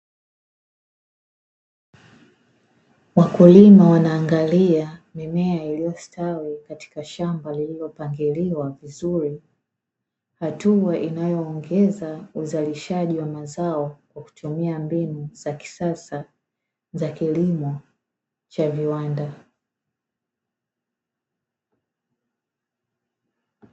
Wakulima wanaangalia mimea, iliyostawi katika shamba lililopangiliwa vizuri hatua inayo ongeza mazao kwakutumia kilimo cha viwanda.